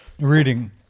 Reading